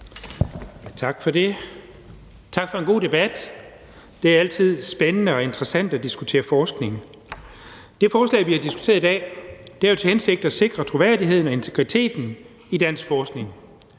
Tak for det, og tak for en god debat. Det er altid spændende og interessant at diskutere forskning. Det forslag, vi har diskuteret i dag, har jo til hensigt at sikre troværdigheden af og integriteten i dansk forskning.